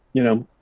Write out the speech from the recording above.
you know,